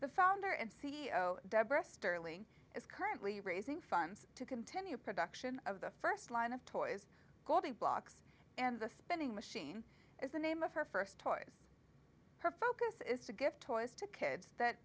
the founder and c e o deborah sterling is currently raising funds to continue production of the first line of toys goldie blox and the spending machine is the name of her first toys her focus is to give toys to kids that